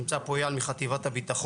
נמצא פה איל מחטיבת הביטחון,